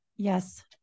Yes